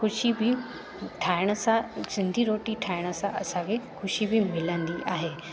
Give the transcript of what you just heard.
ख़ुशी बि ठाहिण सां सिंधी रोटी ठाहिण सां असांखे ख़ुशी बि मिलंदी आहे